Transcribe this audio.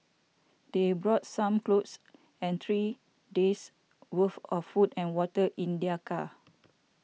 they brought some clothes and three days' worth of food and water in their car